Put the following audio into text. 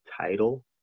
title